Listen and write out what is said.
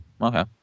okay